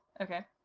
Okay